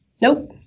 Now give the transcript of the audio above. Nope